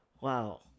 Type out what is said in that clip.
Wow